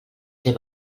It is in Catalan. ser